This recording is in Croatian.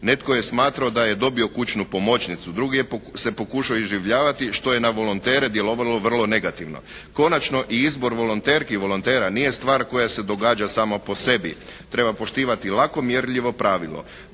Netko je smatramo da je dobio kućnu pomoćnicu, drugi se pokušao iživljavati što je na volontere djelovalo vrlo negativno. Konačno i izbor volonterki i volontera nije stvar koja se događa sama po sebi. Treba poštivati lako mjerljivo pravilo,